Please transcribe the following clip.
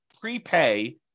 prepay